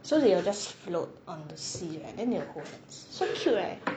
so they will just float on the sea right and they will hold hands so cute right